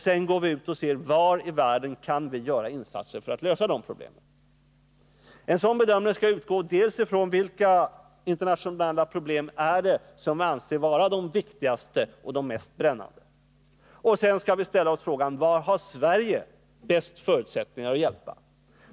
Sedan tar vi reda på var i världen vi kan göra insatser för att lösa de problemen. Vid en sådan bedömning skall man utgå från vilka internationella problem det är som anses vara de viktigaste och de mest brännande. Sedan skall vi ställa oss frågan: Var har Sverige de bästa förutsättningarna att hjälpa?